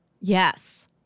Yes